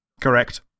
Correct